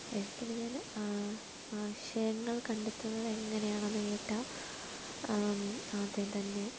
എഴുത്തിനെ ഞാൻ ആശയങ്ങൾ കണ്ടെത്തുന്നത് എങ്ങനെയാണെന്ന് കേട്ടാൽ ആദ്യം തന്നെ